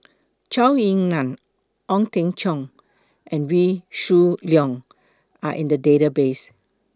Zhou Ying NAN Ong Teng Cheong and Wee Shoo Leong Are in The Database